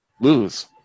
lose